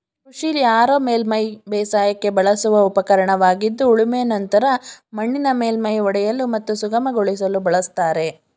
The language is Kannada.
ಕೃಷಿಲಿ ಹಾರೋ ಮೇಲ್ಮೈ ಬೇಸಾಯಕ್ಕೆ ಬಳಸುವ ಉಪಕರಣವಾಗಿದ್ದು ಉಳುಮೆ ನಂತರ ಮಣ್ಣಿನ ಮೇಲ್ಮೈ ಒಡೆಯಲು ಮತ್ತು ಸುಗಮಗೊಳಿಸಲು ಬಳಸ್ತಾರೆ